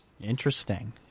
Interesting